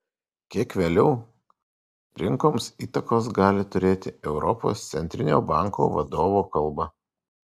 kiek vėliau rinkoms įtakos gali turėti europos centrinio banko vadovo kalba